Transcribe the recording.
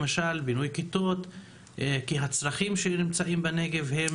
כי הצרכים שנמצאים בנגב הם